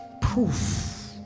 Proof